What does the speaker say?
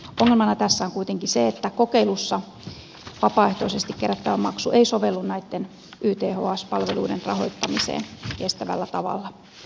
ongelmana tässä on kuitenkin se että kokeilussa vapaaehtoisesti kerättävä maksu ei sovellu näitten yths palveluiden rahoittamiseen kestävällä tavalla